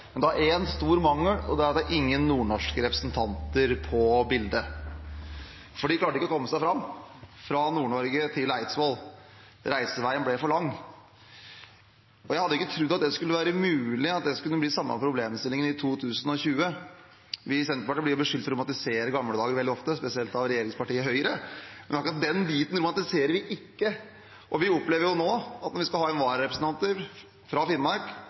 er veldig glade i, men det er én stor mangel: Det er ingen nordnorske representanter på bildet, for de klarte ikke å komme seg fra Nord-Norge til Eidsvoll. Reiseveien ble for lang. Jeg hadde ikke trodd at det skulle være mulig at det kunne bli den samme problemstillingen i 2020. Vi i Senterpartiet blir jo beskyldt for å romantisere gamle dager veldig ofte, spesielt av regjeringspartiet Høyre, men akkurat den biten romantiserer vi ikke. Vi opplever jo når at når vi skal ha inn vararepresentanter fra Finnmark,